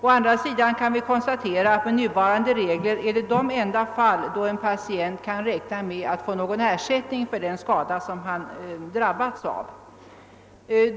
Å andra sidan kan vi konstatera att med nuvarande regler är detta det enda tillfälle då en patient kan räkna med att få någon ersättning för den skada som han drabbats av.